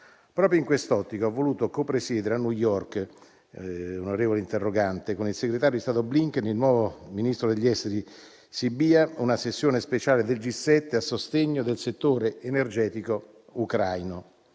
Proprio in quest'ottica ho voluto co-presiedere a New York, con il segretario di Stato Blinken e il nuovo ministro degli esteri ucraino Sybiha, una sessione speciale del G7 a sostegno del settore energetico ucraino.